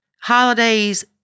holidays